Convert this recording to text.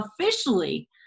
officially